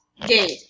gate